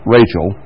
Rachel